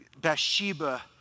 Bathsheba